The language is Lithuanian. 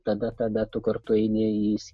tada tada tu kartu eini į